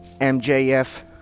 MJF